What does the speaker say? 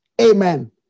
Amen